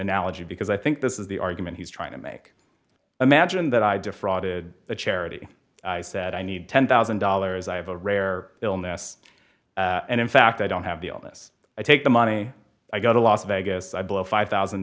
analogy because i think this is the argument he's trying to make imagine that i defrauded the charity i said i need ten thousand dollars i have a rare illness and in fact i don't have the illness i take the money i go to las vegas i blow five one thousand